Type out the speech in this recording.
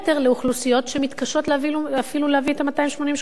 לאוכלוסיות שמתקשות להביא אפילו את ה-280 שקלים.